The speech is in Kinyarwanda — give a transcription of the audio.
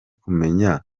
kumenya